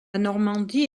normandie